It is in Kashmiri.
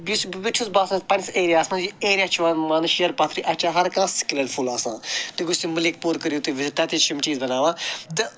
بیٚیہِ چھِ بہٕ تہِ چھُس باسان پنٛنِس ایریاہَس منٛز یہِ ایریا چھِ یِوان مانٛنہٕ شیر پَتھری اَتہِ چھِ ہَر کانٛہہ سِکِلہِ فُل آسان تُہۍ گٔژھِو مٔلِک پوٗر کٔرِو وِزِٹ تَتہِ تہِ چھِ یِم چیٖز بَناوان تہٕ